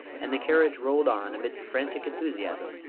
and the carriage rolled on amidst frantic enthusiasm,